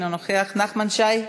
אני מבקש להירשם.